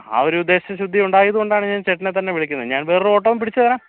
ആ ഒരു ഉദ്ദേശശുദ്ധി ഉണ്ടായതുകൊണ്ടാണ് ഞാൻ ചേട്ടനെ തന്നെ വിളിക്കുന്നത് ഞാൻ വേറൊരു ഓട്ടോം പിടിച്ച് തരാം